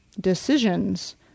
decisions